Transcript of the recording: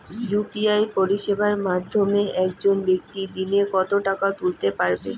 UPI পরিষেবার মাধ্যমে একজন ব্যাক্তি দিনে কত টাকা তুলতে পারবে?